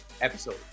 episode